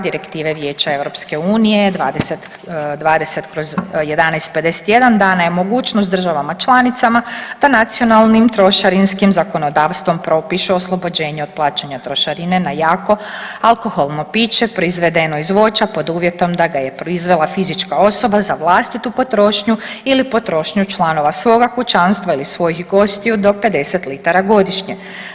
Direktive vijeća EU 2020/1151 dana je mogućnost državama članicama da nacionalnim trošarinskim zakonodavstvom propišu oslobođenje od plaćanja trošarine na jako alkoholno piće proizvedeno iz voća pod uvjetom da ga je proizvela fizička osoba za vlastitu potrošnju ili potrošnju članova svoga kućanstva ili svojih gostiju do 50 litara godišnje.